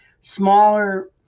Smaller